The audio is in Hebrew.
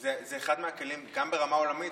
זה אחד מהכלים, גם ברמה עולמית.